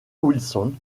wilson